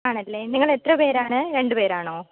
ആണല്ലേ നിങ്ങൾ എത്ര പേരാണ് രണ്ട് പേരാണോ